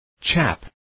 Chap